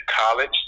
college